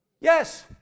Yes